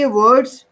words